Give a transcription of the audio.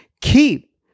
Keep